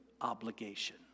obligation